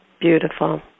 Beautiful